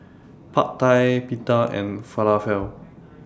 Pad Thai Pita and Falafel